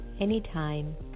anytime